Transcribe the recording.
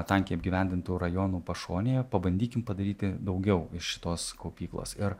tankiai apgyvendintų rajonų pašonėje pabandykim padaryti daugiau iš šitos kaupyklos ir